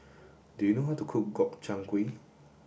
do you know how to cook Gobchang Gui